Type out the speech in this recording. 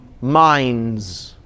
minds